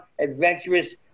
adventurous